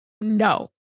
no